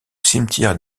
cimetière